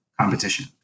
competition